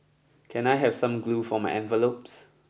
can I have some glue for my envelopes